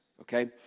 okay